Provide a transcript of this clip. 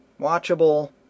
watchable